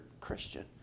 Christian